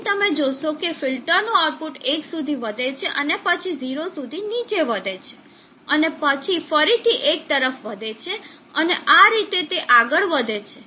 તેથી તમે જોશો કે ફિલ્ટરનું આઉટપુટ 1 સુધી વધે છે અને પછી 0 સુધી નીચે વધે છે અને પછી ફરીથી 1 તરફ વધે છે અને આ રીતે તે આગળ વધે છે